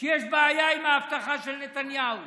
שיש בעיה עם האבטחה של נתניהו,